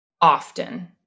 often